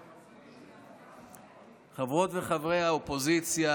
חברות וחברי האופוזיציה,